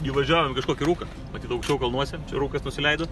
įvažiavom į kažkokį rūką matyt aukščiau kalnuose rūkas nusileido